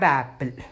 apple